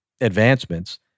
advancements